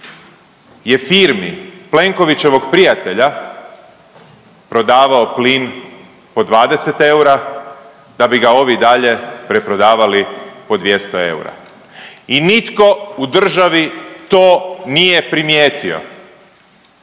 je firmi Plenkovićevog prijatelja prodavao plin po 20 eura da bi ga ovi dalje preprodavali po 200 eura i nitko u državi to nije primijetio